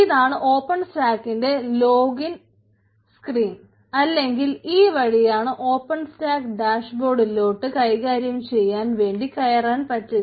ഇതാണ് ഓപ്പൺ സ്റ്റാക്കിന്റെ login screen കൈകാര്യം ചെയ്യാൻ വേണ്ടി കയറുവാൻ പറ്റുക